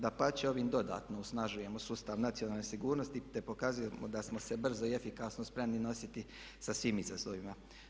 Dapače, ovim dodatno osnažujemo sustav nacionalne sigurnosti te pokazujemo da smo se brzo i efikasno spremni nositi sa svim izazovima.